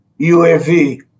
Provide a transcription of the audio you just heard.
UAV